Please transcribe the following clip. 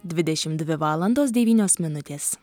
dvidešim dvi valandos devynios minutės